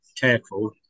careful